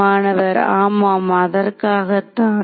மாணவர் ஆமாம் அதற்காகத்தான்